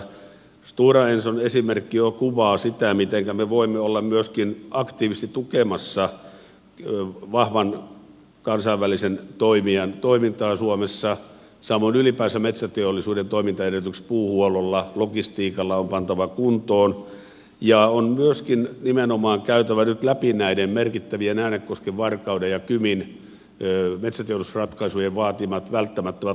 stora enson esimerkki jo kuvaa sitä mitenkä me voimme olla myöskin aktiivisesti tukemassa vahvan kansainvälisen toimijan toimintaa suomessa samoin ylipäänsä metsäteollisuuden toimintaedellytykset puuhuollolla ja logistiikalla on pantava kuntoon ja on myöskin nimenomaan käytävä nyt läpi näiden merkittävien äänekosken varkauden ja kymin metsäteollisuusratkaisujen vaatimat välttämättömät logistiset edellytykset